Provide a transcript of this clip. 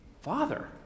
Father